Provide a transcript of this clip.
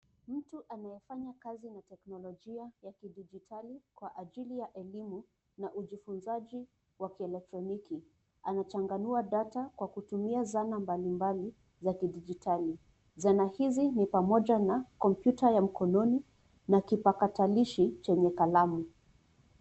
Mtu anayefanya kazi na teknolojia ya kidijitali kwa ajili ya elimu na ujifunzaji wa kielektroniki. Anachanganua data kwa kutumia zana mbalimbali za kidijitali. Zana hizi ni pamoja na kompyuta ya mkononi na kipakatilishi chenye kalamu.